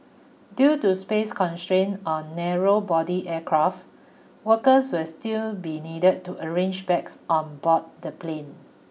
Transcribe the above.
due to space constraints on narrow body aircraft workers will still be needed to arrange bags on board the plane